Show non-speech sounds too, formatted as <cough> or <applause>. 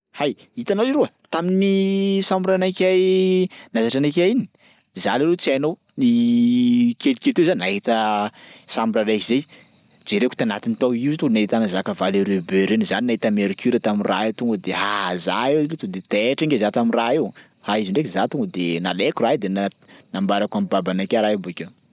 Hay, hitanao leroa tamin'ny chambranakay nahazatra anakay iny za leroa tsy hainao <hesitation> kelike teo zany nahita chambra ray zay jereko tanatiny tao io to nahitana zaka valeureux be reny, za naita mercure tam'raha io tonga de ha! Za aloha to de taitry nge za tam'raha io ha izy ndraiky za tonga de nalaiko raha io de na- nambarako an'babanakay raha io bakeo.